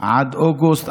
עד אוגוסט,